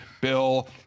bill